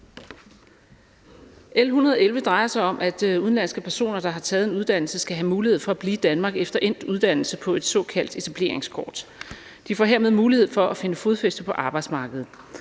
L 111 drejer sig om, at udenlandske personer, der har taget en uddannelse, skal have mulighed for at blive i Danmark efter endt uddannelse på et såkaldt etableringskort. De får hermed mulighed for at finde fodfæste på arbejdsmarkedet.